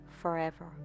forever